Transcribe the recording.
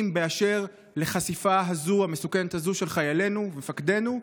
באשר לחשיפה המסוכנת הזו של חיילינו ומפקדינו?